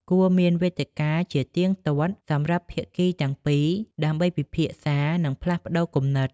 គួរមានវេទិកាជាទៀងទាត់សម្រាប់ភាគីទាំងពីរដើម្បីពិភាក្សា និងផ្លាស់ប្តូរគំនិត។